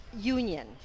union